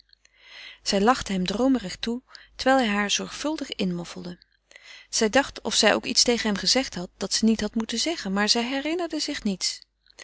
zij lachte hem droomerig toe terwijl hij haar zorgvuldig inmoffelde zij dacht of zij ook iets tegen hem gezegd had dat ze niet had moeten zeggen maar ze herinnerde zich niets